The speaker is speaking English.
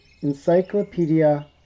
Encyclopedia